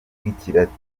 rw’ikilatini